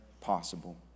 possible